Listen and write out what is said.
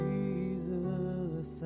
Jesus